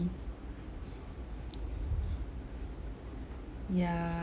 yeah